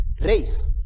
race